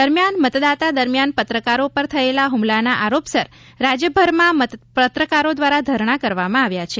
દરમ્યાન મતદાન દરમિયાન પત્રકારો પર થયેલા હુમલાના આરોપસર રાજ્યભરમાં પત્રકારો દ્વારા ધરણા કરવામાં આવ્યા છે